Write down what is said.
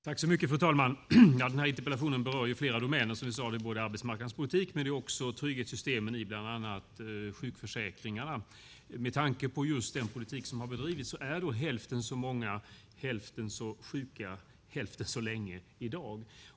Fru talman! Interpellationen berör, som vi sagt, flera domäner. Den berör både arbetsmarknadspolitiken och trygghetssystemen, bland annat beträffande sjukförsäkringarna. Med tanke på just den politik som bedrivits är i dag hälften så många hälften så sjuka hälften så länge.